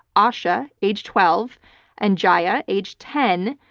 asha age twelve and jaya age ten,